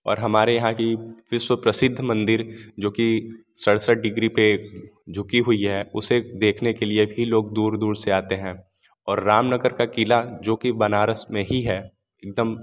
और हमारे यहाँ की विश्व प्रसिद्ध मंदिर जो कि सड़सठ डिग्री पर झुकी हुई हैं उसे देखने के लिए भी लोग दूर दूर से आते हैं और रामनगर का क़िला जो कि बनारस में ही है एक दम